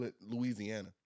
Louisiana